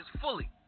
fully